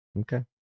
Okay